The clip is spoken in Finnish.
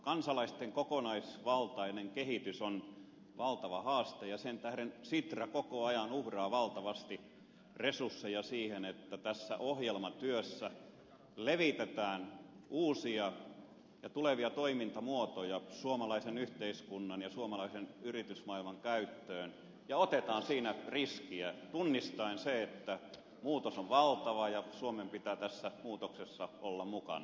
kansalaisten kokonaisvaltainen kehitys on valtava haaste ja sen tähden sitra koko ajan uhraa valtavasti resursseja siihen että tässä ohjelmatyössä levitetään uusia ja tulevia toimintamuotoja suomalaisen yhteiskunnan ja suomalaisen yritysmaailman käyttöön ja otetaan siinä riskiä tunnistaen se että muutos on valtava ja suomen pitää tässä muutoksessa olla mukana